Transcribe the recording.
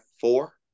four